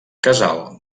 casal